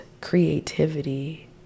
creativity